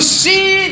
see